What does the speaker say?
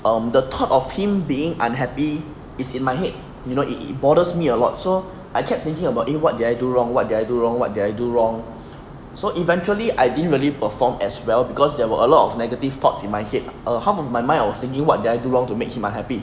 um the thought of him being unhappy is in my head you know it bothers me a lot so I kept thinking about eh what did I do wrong what did I do wrong what did I do wrong so eventually I didn't really perform as well because there were a lot of negative thoughts in my head err half of my mind I was thinking what did I do wrong to make him unhappy